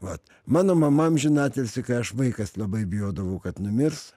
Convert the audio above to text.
vat mano mama amžinatilsį kai aš vaikas labai bijodavau kad numirs